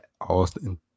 Austin